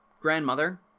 grandmother